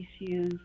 issues